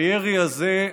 הירי הזה,